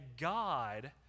God